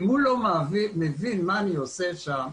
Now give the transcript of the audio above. אם הוא לא מבין מה אני עושה שם,